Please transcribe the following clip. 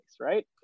right